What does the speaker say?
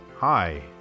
Hi